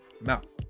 mouth